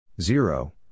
Zero